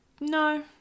No